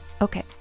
Okay